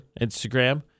Instagram